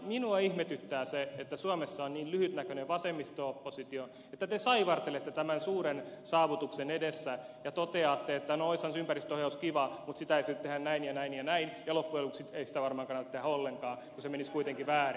minua ihmetyttää se että suomessa on niin lyhytnäköinen vasemmisto oppositio että te saivartelette tämän suuren saavutuksen edessä ja toteatte että no olisihan se ympäristöohjaus kiva mutta sitä ei sitten tehdä näin ja näin ja näin ja loppujen lopuksi ei sitä varmaan kannata tehdä ollenkaan kun se menisi kuitenkin väärin